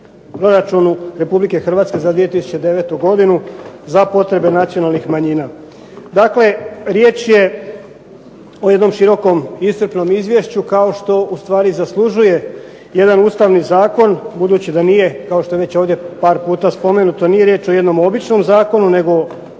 proračunu Republike Hrvatske za 2009. godinu za potrebe nacionalnih manjina. Dakle, riječ je o jednom širokom iscrpnom izvješću kao što ustvari zaslužuje jedan Ustavni zakon, budući da nije kao što je ovdje par puta spomenuto nije riječ o jednom običnom zakonu nego o